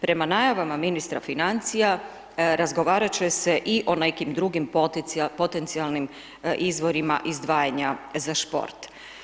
Prema najavama ministra financija, razgovarati će se i o nekim drugim potencijalnim izvorima izdvajanja za šport.